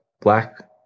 black